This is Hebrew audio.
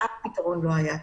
אף פתרון לא היה טוב.